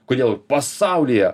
kodėl pasaulyje